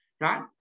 right